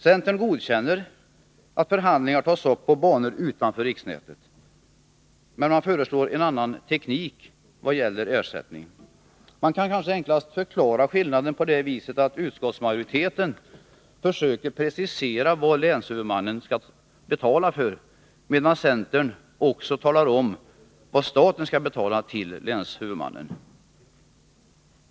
Centern godkänner att förhandlingar tas upp på banor utanför riksnätet, men man föreslår en annan teknik när det gäller ersättningen. Man kan kanske enklast förklara skillnaden på det sättet att utskottsmajoriteten försöker precisera vad länshuvudmannen skall betala för, medan centern också talar om vad staten skall betala till länshuvudmannen.